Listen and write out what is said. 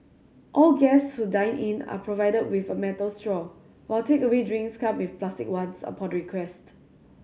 all guests who dine in are provided with a metal straw while takeaway drinks come with plastic ones upon request